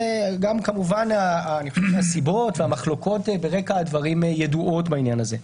וגם כמובן אני חושב שהסיבות והמחלוקות ברקע הדברים ידועות בעניין הזה.